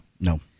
No